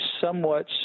somewhat